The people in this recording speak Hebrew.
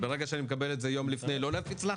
שברגע שאני מקבל את זה יום לפני לא אפיץ את החומר?